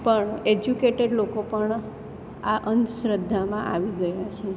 પણ એજ્યુકેટેડ લોકો પણ આ અંધશ્રદ્ધામાં આવી ગયા છે